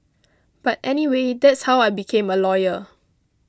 but anyway that's how I became a lawyer